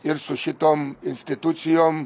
ir su šitom institucijom